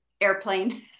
airplane